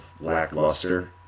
lackluster